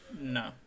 no